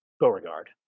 Beauregard